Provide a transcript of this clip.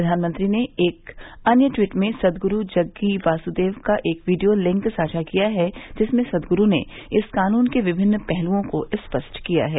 प्रधानमंत्री ने एक अन्य ट्वीट में सदगुरू जग्गी वासुदेव का एक वीडियो लिंक साझा किया है जिसमें सदगुरू ने इस कानून के विभिन्न पहलुओं को स्पष्ट किया है